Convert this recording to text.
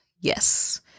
yes